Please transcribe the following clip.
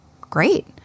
great